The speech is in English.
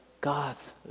God's